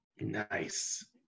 Nice